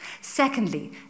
Secondly